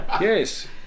yes